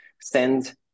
send